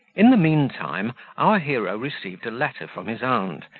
in the mean time our hero received a letter from his aunt,